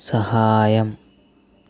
సహాయం